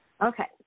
Okay